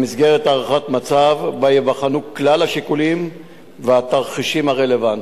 במסגרת הערכת מצב שבה ייבחנו כלל השיקולים והתרחישים הרלוונטיים.